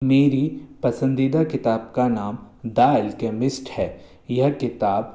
मेरी पसंदीदा किताब का नाम द ऐलकेमिस्ट है यह किताब